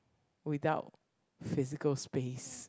without physical space